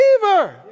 believer